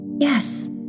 Yes